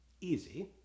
easy